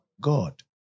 God